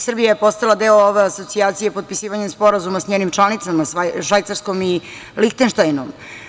Srbija je postala deo ove asocijacije potpisivanjem Sporazuma sa njenim članicama Švajcarskom i Linheštajnom.